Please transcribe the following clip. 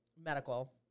medical